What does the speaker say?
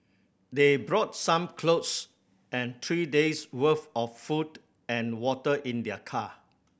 they brought some clothes and three days' worth of food and water in their car